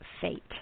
fate